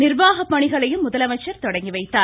நிர்வாக பணிகளையும் முதலமைச்சர் தொடங்கிவைத்தார்